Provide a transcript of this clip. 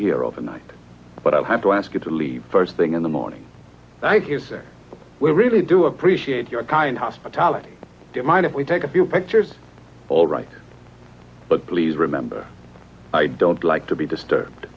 here overnight but i'll have to ask you to leave first thing in the morning thank you we really do appreciate your kind hospitality don't mind if we take a few pictures all right but please remember i don't like to be disturbed